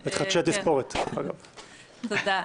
תודה,